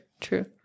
true